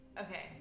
Okay